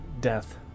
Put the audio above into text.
death